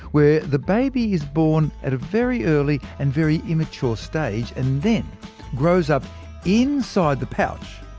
where the baby is born at a very early and very immature stage, and then grows up inside the pouch,